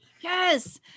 Yes